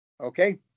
Okay